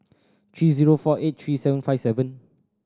three zero four eight three seven five seven